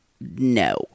No